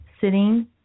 sitting